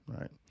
right